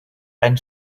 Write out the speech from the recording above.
ein